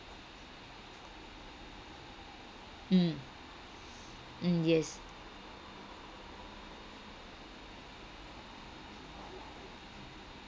mm mm yes